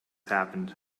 happened